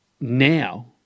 now